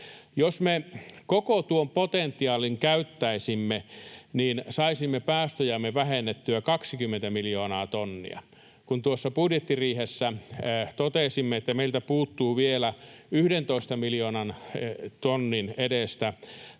Jos me koko tuon potentiaalin käyttäisimme, niin saisimme päästöjämme vähennettyä 20 miljoonaa tonnia. Kun tuossa budjettiriihessä totesimme, että meiltä puuttuu vielä 11 miljoonan tonnin edestä